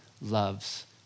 loves